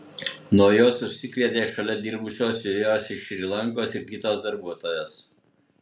nuo jos užsikrėtė šalia dirbusios siuvėjos iš šri lankos ir kitos darbuotojos